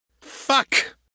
Fuck